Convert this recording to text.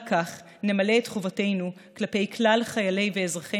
רק כך נמלא את חובתנו כלפי כלל חיילי ואזרחי